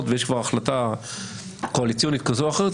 ויש כבר החלטה קואליציונית כזו או אחרת,